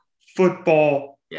football